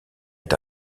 est